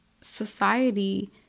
society